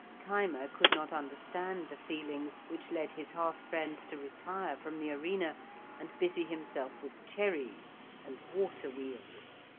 thyma could not understand the feelings which led his hearth-friend to retire from the arena and busy himself with cherries and water-wheels.